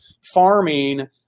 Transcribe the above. farming